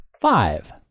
Five